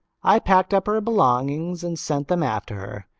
i packed up her belongings and sent them after her.